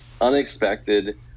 unexpected